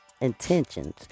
intentions